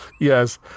Yes